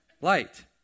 Light